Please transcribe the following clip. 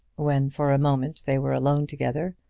when for a moment they were alone together,